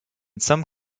some